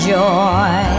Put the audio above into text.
joy